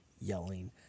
yelling